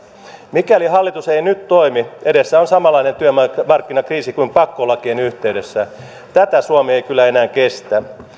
mikäli hallitus ei nyt toimi edessä on samanlainen työmarkkinakriisi kuin pakkolakien yhteydessä tätä suomi ei kyllä enää kestä